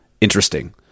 Interesting